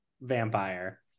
Vampire